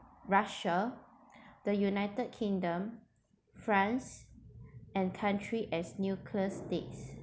russia the united kingdom france and country as nuclear states